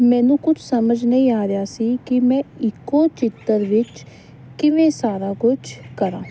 ਮੈਨੂੰ ਕੁਛ ਸਮਝ ਨਹੀਂ ਆ ਰਿਹਾ ਸੀ ਕਿ ਮੈਂ ਇੱਕੋ ਚਿੱਤਰ ਵਿੱਚ ਕਿਵੇਂ ਸਾਰਾ ਕੁਛ ਕਰਾਂ